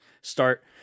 start